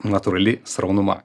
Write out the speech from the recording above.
natūrali sraunuma